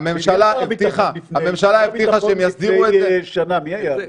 הממשלה הבטיחה --- שהם יסדירו את זה.